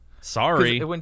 sorry